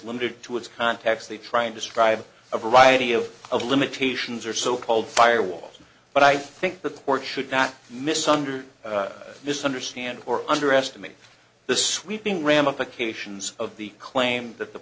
limited to its context they try and describe a variety of of limitations or so called firewalls but i think the court should not miss under this understanding or underestimate the sweeping ramifications of the claim that the